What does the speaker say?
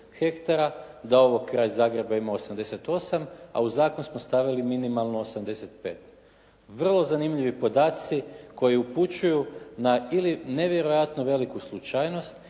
da ovo kraj Zagreba ima 88, a u zakon smo stavili minimalno 85. Vrlo zanimljivi podaci koji upućuju na ili nevjerojatno veliku slučajnost